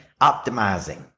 optimizing